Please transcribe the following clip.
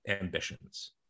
ambitions